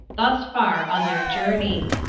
thus far on their journey.